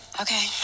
Okay